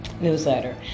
newsletter